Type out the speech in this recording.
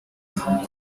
kwigunga